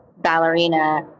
ballerina